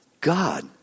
God